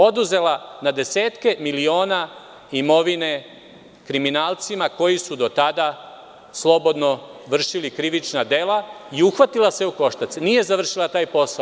Oduzela na desetke miliona imovine kriminalcima koji su do tada slobodno vršili krivična dela i uhvatila se u koštac, nije završila taj posao.